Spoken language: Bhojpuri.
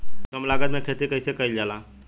कम लागत में खेती कइसे कइल जाला?